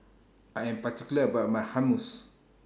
I Am particular about My Hummus